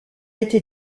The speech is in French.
été